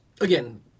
Again